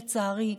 לצערי,